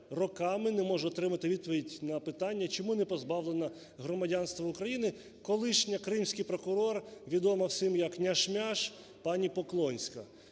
роками не можу отримати відповідь на питання: чому не позбавлена громадянства України колишня кримський прокурора, відома всім як "няш-мяш", пані Поклонська.